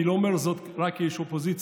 אני לא אומר את זה רק כאיש אופוזיציה,